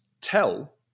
tell